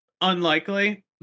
unlikely